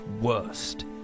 worst